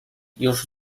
już